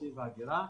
האוכלוסין וההגירה,